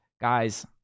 Guys